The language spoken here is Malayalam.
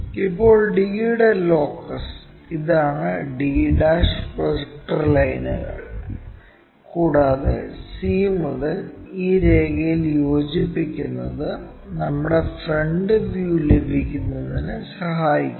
ഇപ്പോൾ d യുടെ ലോക്കസ് ഇതാണ് d പ്രൊജക്ടർ ലൈനുകൾ കൂടാതെ c മുതൽ ഈ രേഖയിൽ യോജിപ്പിക്കുന്നത് നമ്മുടെ ഫ്രണ്ട് വ്യൂ ലഭിക്കുന്നതിന് സഹായിക്കുന്നു